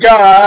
God